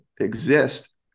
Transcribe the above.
exist